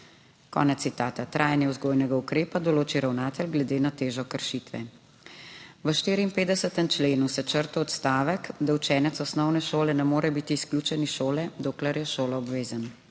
Konec citata. Trajanje vzgojnega ukrepa določi ravnatelj glede na težo kršitve. V 54. členu se črta odstavek, da učenec osnovne šole ne more biti izključen iz šole, dokler je šoloobvezen.